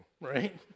right